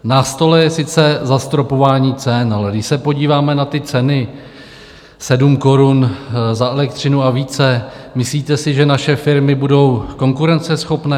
Na stole je sice zastropování cen, ale když se podíváme na ty ceny, 7 korun za elektřinu a více, myslíte si, že na naše firmy budou konkurenceschopné?